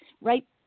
right